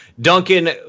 Duncan